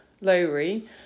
Lowry